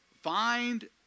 Find